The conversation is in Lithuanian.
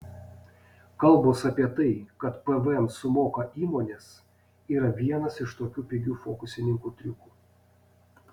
kalbos apie tai kad pvm sumoka įmonės yra vienas iš tokių pigių fokusininkų triukų